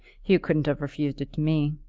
hugh couldn't have refused it to me.